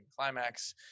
climax